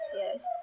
yes